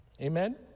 Amen